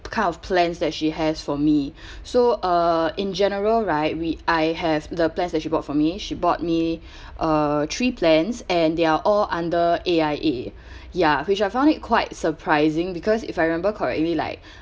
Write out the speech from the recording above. kind of plans that she has for me so uh in general right we I have the plans that she bought for me she bought me uh three plans and they're all under A_I_A ya which I found it quite surprising because if I remember correctly like